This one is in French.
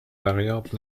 variantes